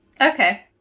Okay